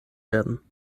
werden